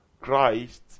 Christ